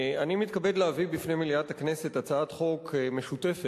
אני מתכבד להביא בפני מליאת הכנסת הצעת חוק משותפת.